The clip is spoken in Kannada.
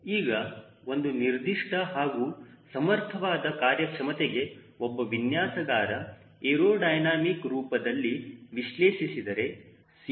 ಈಗ ಒಂದು ನಿರ್ದಿಷ್ಟ ಹಾಗೂ ಸಮರ್ಥವಾದ ಕಾರ್ಯಕ್ಷಮತೆಗೆ ಒಬ್ಬ ವಿನ್ಯಾಸಗಾರ ಏರೋಡೈನಮಿಕ ರೂಪದಲ್ಲಿವಿಶ್ಲೇಷಿಸಿದರೆ CLCD 15 ಆಗಿರಬೇಕು